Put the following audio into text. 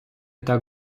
так